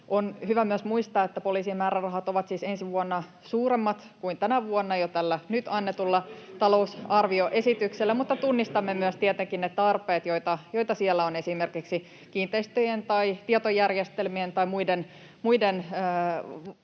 On hyvä myös muistaa, että poliisien määrärahat ovat siis ensi vuonna suuremmat kuin tänä vuonna jo tällä nyt annetulla talousarvioesityksellä. [Timo Heinonen: Ei pidä paikkaansa!] Mutta tietenkin tunnistamme myös ne tarpeet, joita siellä on esimerkiksi kiinteistöjen tai tietojärjestelmien tai muiden